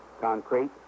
Concrete